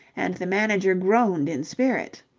and the manager groaned in spirit.